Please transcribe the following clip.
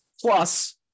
Plus